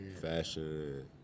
Fashion